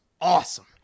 awesome